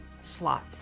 slot